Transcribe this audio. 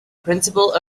principle